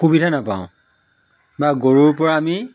সুবিধা নাপাওঁ বা গৰুৰ পৰা আমি